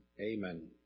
Amen